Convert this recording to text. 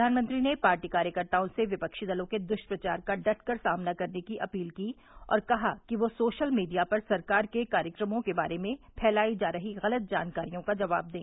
प्रधानमंत्री ने पार्टी कार्यकर्ताओं से विपक्षी दलों के द्ष्प्रचार का डट कर सामना करने की अपील की और कहा कि वह सोशल मीडिया पर सरकार के कार्यक्रमों के बारे में फैलाई जा रही गलत जानकारियों का जवाब दें